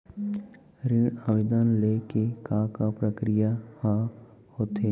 ऋण आवेदन ले के का का प्रक्रिया ह होथे?